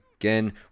Again